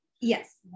Yes